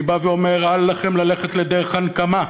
אני אומר לכם: אל לכם ללכת בדרך הנקמה.